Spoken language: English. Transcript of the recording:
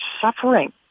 suffering